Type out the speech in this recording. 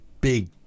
big